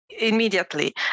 immediately